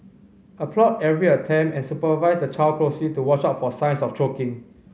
applaud every attempt and supervise the child closely to watch out for signs of choking